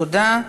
תודה.